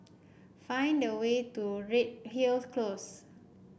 find the way to Redhill Close